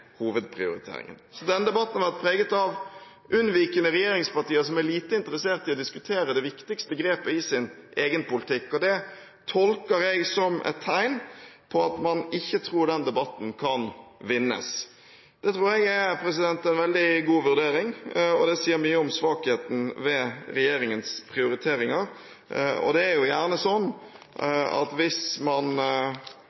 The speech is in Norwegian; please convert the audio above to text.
hovedprioriteringen. Så denne debatten har vært preget av unnvikende regjeringspartier som er lite interessert i å diskutere det viktigste grepet i sin egen politikk, og det tolker jeg som et tegn på at man ikke tror den debatten kan vinnes. Det tror jeg er en veldig god vurdering, og det sier mye om svakheten ved regjeringens prioriteringer. Det er gjerne sånn